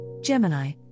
Gemini